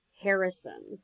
harrison